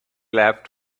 left